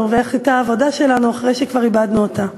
ואיך הייתה העבודה שלנו אחרי שכבר איבדנו אותם.